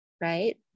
Right